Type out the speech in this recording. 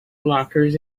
blockers